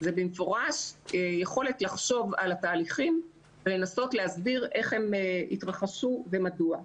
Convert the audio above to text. זה במפורש יכולת לחשוב על התהליכים לנסות להסביר איך הם התרחשו ומדוע.